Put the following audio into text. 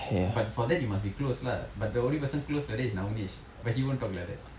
but for that you must be close lah but the only person close like that is navinesh but he won't talk like that